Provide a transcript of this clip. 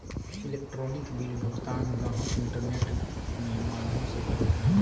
electronic bill भुगतान गाहक internet में माध्यम से करो हइ